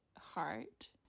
heart